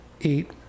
eight